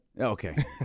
Okay